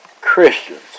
Christians